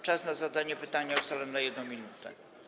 Czas na zadanie pytania ustalam na 1 minutę.